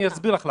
אסביר לך למה.